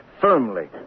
Firmly